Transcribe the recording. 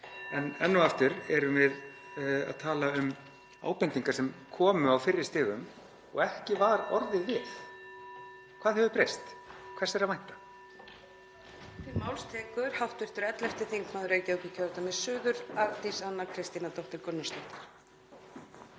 enn og aftur erum við að tala um ábendingar sem komu á fyrri stigum og ekki var orðið við. (Forseti hringir.) Hvað hefur breyst? Hvers er að vænta?